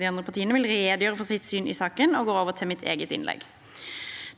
de andre partiene vil redegjøre for sitt syn i saken og går over til mitt eget innlegg.